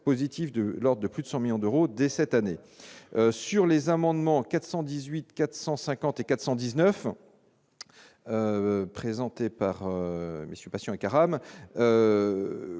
positifs de lors de plus de 100 millions d'euros dès cette année sur les amendements 418 450 et 419 présenté par Monsieur patients Karam